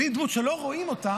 אבל אם יש דמות שלא רואים אותה,